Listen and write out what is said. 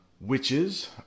Witches